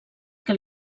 que